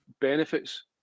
benefits